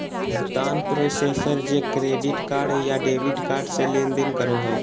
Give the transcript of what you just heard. भुगतान प्रोसेसर जे credit card या डेबिट कार्ड से लेनदेन करो हइ